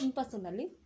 personally